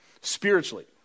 spiritually